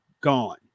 gone